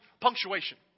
punctuation